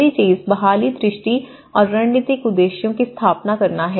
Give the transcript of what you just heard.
पहली चीज बहाली दृष्टि और रणनीतिक उद्देश्यों की स्थापना करनी है